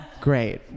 Great